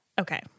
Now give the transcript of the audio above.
okay